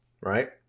right